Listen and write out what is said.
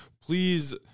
Please